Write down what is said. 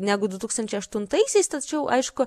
negu du tūkstančiai aštuntaisiais tačiau aišku